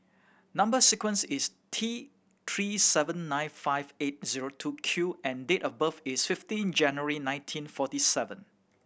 number sequence is T Three seven nine five eight zero two Q and date of birth is fifteen January nineteen forty seven